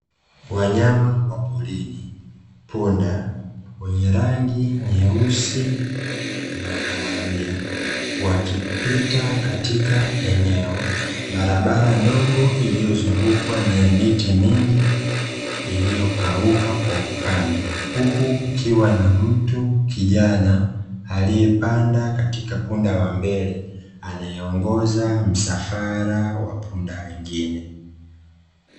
Wanyama wa porini, Punda, wenye rangi nyeusi na kahawia, wakipita katika eneo, barabara ndogo iliyozungukwa na miti mingi iliyokauka kwa ukame. Huku kukiwa na mtu kijana aliyepanda katika punda wa mbele anayeongoza msafara wa punda wengine.